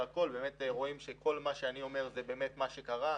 רואים שכל מה שאני אומר, זה באמת מה שקרה.